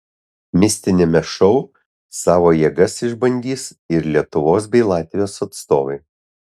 mistiniame šou savo jėgas išbandys ir lietuvos bei latvijos atstovai